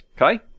Okay